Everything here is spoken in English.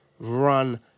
run